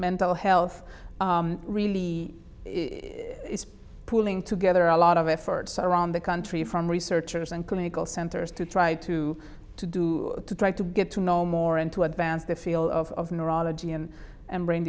mental health really is pulling together a lot of efforts around the country from researchers and clinical centers to try to to do to try to get to know more and to advance the field of neurology and and brain